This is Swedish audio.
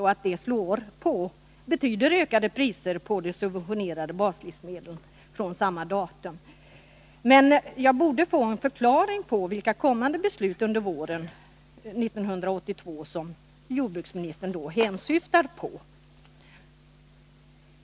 Och det betyder alltså ökade priser på de subventionerade baslivsmedlen från den I januari 1982. Men jag borde få en förklaring på vilka kommande beslut under våren 1982 som jordbruksministern hänsyftar på.